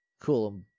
Cool